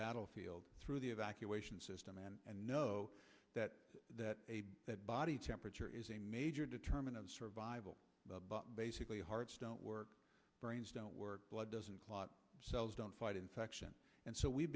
battlefield through the evacuation system and know that that that body temperature is a major determinant of survival but basically hearts don't work brains don't work blood doesn't clot cells don't fight infection and so we